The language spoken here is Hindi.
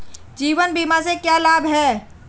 जीवन बीमा से क्या लाभ हैं?